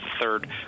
third